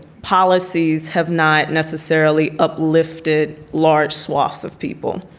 policies have not necessarily uplifted large swaths of people.